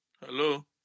Hello